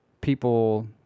people